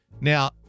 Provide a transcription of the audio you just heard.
Now